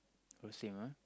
so same ah